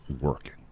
working